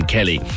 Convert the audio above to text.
Kelly